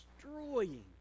destroying